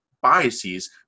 biases